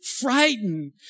frightened